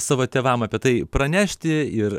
savo tėvam apie tai pranešti ir